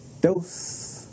DOS